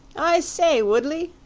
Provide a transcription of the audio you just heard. i say, woodley,